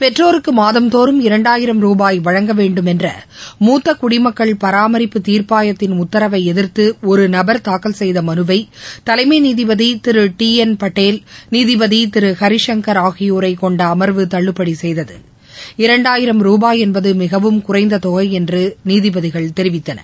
பெற்றோருக்கு மாதம் தோறும் இரண்டாயிரம் ரூபாய் வழங்க வேண்டும் என்ற மூத்த குடிமக்கள் பராமரிப்பு தீர்ப்பாயத்தின் உத்தரவை எதிர்த்து ஒரு நபர் தாக்கல் செய்த மனுவை தலைமை நீதிபதி திரு டி என் பட்டேல் நீதிபதி திரு ஹரிசங்கர் ஆகியோரை கொண்ட அமர்வு தள்ளுபடி செய்தது இரண்டாயிரம் ரூபாய் என்பது மிகவும் குறைந்த தொகை என்று நீதிபதிகள் தெரிவித்தனர்